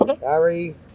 Harry